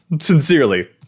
sincerely